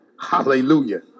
Hallelujah